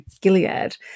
Gilead